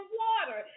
water